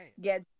get